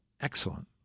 Excellent